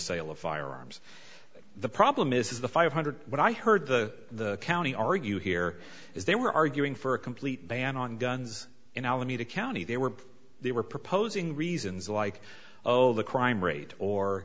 sale of firearms the problem is the five hundred one i heard the county argue here is they were arguing for a complete ban on guns in alameda county they were they were proposing reasons like oh the crime rate or